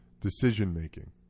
decision-making